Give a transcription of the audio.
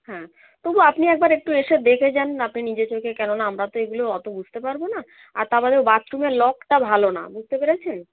হ্যাঁ তবু আপনি একবার একটু এসে দেখে যান না আপনি নিজে চোখে কেননা আমরা তো এগুলো অতো বুঝতে পারবো না আর তাপরে বাথরুমের লকটা ভালো না বুঝতে পেরেছেন